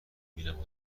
بینم